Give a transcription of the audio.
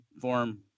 form